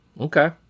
Okay